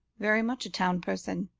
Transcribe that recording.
very much a town person.